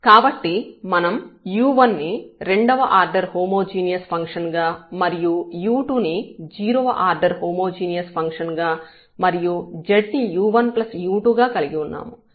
కాబట్టి మనం u1 ని రెండవ ఆర్డర్ హోమోజీనియస్ ఫంక్షన్ గా మరియు u2 ని 0 వ ఆర్డర్ హోమోజీనియస్ ఫంక్షన్ గా మరియు z ను u1u2 గా కలిగి ఉన్నాము